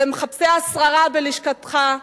למחפשי השררה בלשכתך,